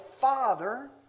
Father